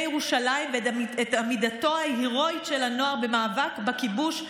ירושלים ואת עמידתו ההירואית של הנוער במאבקם בכיבוש".